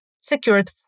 secured